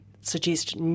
suggest